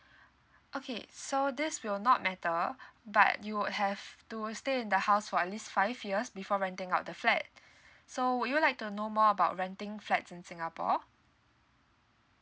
okay so this will not matter but you would have to stay in the house for at least five years before renting out the flat so would you like to know more about renting flats in singapore